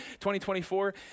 2024